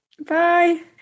Bye